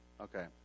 Okay